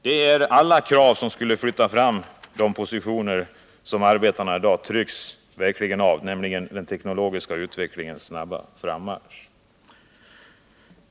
Detta är krav som skulle flytta fram positionerna för arbetarna, som i dag verkligen är trängda av den teknologiska utvecklingens snabba frammarsch.